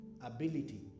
ability